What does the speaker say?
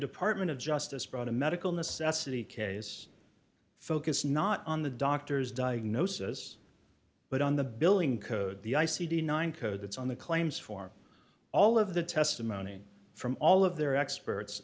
department of justice brought a medical necessity case focus not on the doctor's diagnosis but on the billing code the i c d nine codes on the claims form all of the testimony from all of their experts